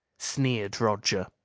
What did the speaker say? sneered roger,